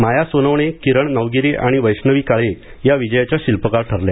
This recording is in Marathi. माया सोनवणे किरण नवगिरे आणि वैष्णवी काळे या विजयाच्या शिल्पकार ठरल्या